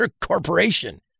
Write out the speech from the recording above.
corporation